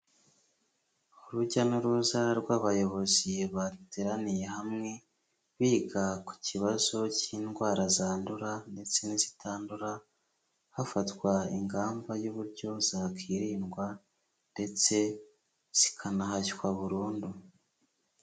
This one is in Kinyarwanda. Urujya n'uruza rw'abayobozi bateraniye hamwe, biga ku kibazo cy'indwara zandura ndetse n'izitandura, hafatwa ingamba y'uburyo zakwirindwa ndetse zikanahashywa burundu.